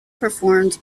performed